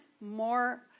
more